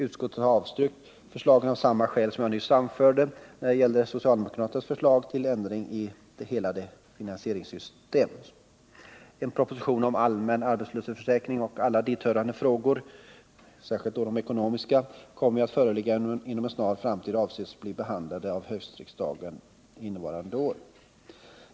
Utskottet har avstyrkt detta förslag av samma skäl som jag nyss anförde när det gällde socialdemokraternas förslag till ändring av hela finansieringssystemet. En proposition om allmän arbetslöshetsförsäkring och alla dithörande frågor, särskilt de ekonomiska, kommer att föreligga inom en snar framtid och avses bli behandlad av höstriksdagen innevarande år.